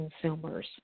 consumers